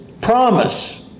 promise